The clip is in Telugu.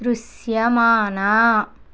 దృస్యమానా